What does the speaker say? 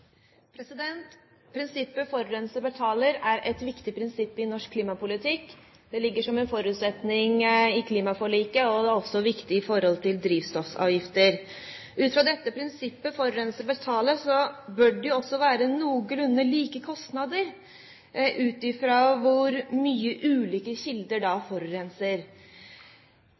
Prinsippet om at forurenser betaler, er et viktig prinsipp i norsk klimapolitikk. Det ligger som en forutsetning i klimaforliket, og det er også viktig i forhold til drivstoffavgifter. Ut fra dette prinsippet om at forurenser betaler, bør det også være noenlunde like kostnader ut fra hvor mye ulike kilder forurenser.